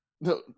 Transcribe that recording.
No